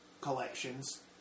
collections